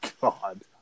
God